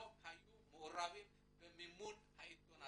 לא היו מעורבים במימון העיתון הזה.